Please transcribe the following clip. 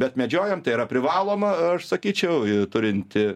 na bet medžiojant tai yra privaloma aš sakyčiau turinti